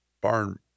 barn